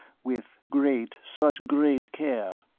with great, such great care,